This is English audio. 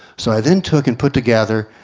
so i then took and put together,